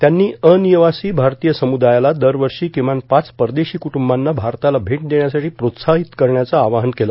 त्यांनी अनिवासी भारतीय समुदायाला दरवर्षी किमान पाच परदेशी कूट्रंबांना भारताला भेट देण्यासाठी प्रोत्साहित करण्याचं आवाहन केलं